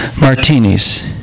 martinis